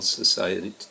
society